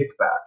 kickback